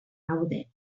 gaude